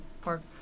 park